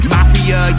Mafia